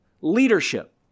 leadership